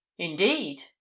Indeed